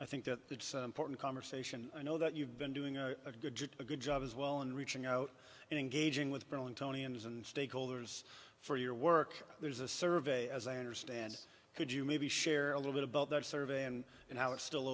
i think that that's an important conversation i know that you've been doing a good a good job as well in reaching out and engaging with berlin tony and stakeholders for your work there's a survey as i understand could you maybe share a little bit about their survey and and how it's still